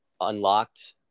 unlocked